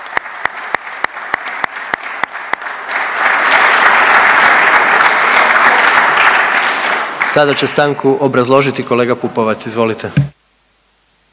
Sada će stanku obrazložiti kolega Pupovac, izvolite.